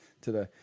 today